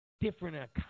Different